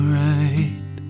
right